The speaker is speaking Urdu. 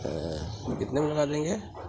کتنے میں لگا دیں گے